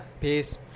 Peace